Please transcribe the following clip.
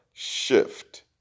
Shift